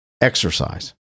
Exercise